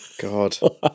God